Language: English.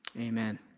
amen